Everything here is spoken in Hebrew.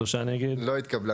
הרביזיה לא התקבלה.